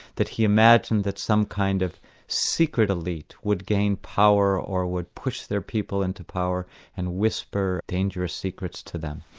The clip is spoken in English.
that he imagined that some kind of secret elite would gain power or would push their people into power and whisper dangerous secrets to them.